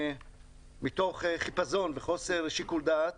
מתוך חיפזון וחוסר שיקול דעת